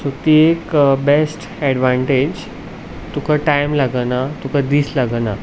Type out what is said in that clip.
so ती एक best advantage तुका टायम लागना तुका दीस लागना